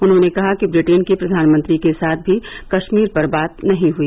उन्होंने कहा कि ब्रिटेन के प्रधानमंत्री के साथ भी कश्मीर पर बात नहीं हुई